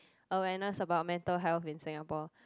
awareness about mental health in Singapore